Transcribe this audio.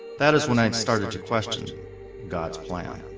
that is when i started to question god's plan?